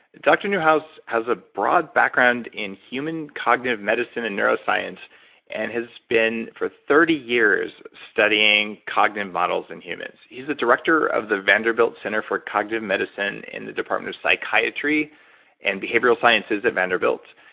dr. newhouse has a broad background in human cognitive medicine and neuroscience and has been for thirty years studying cognitive models in humans. he's the director of the vanderbilt center for cognitive medicine in the department of psychiatry and behavioral science at vanderbilt.